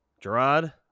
Gerard